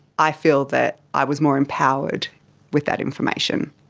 i feel that i was more empowered with that information.